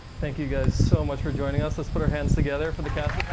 thank you guys so much for joining us. let's put our hands together for the cast